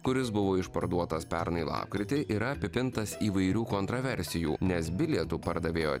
kuris buvo išparduotas pernai lapkritį yra apipintas įvairių kontroversijų nes bilietų pardavėjo